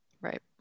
right